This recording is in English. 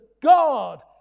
God